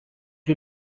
you